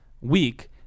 week